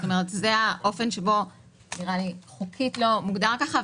זה חוקית לא מוגדר ככה,